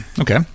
Okay